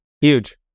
huge